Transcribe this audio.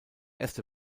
erste